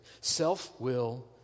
Self-will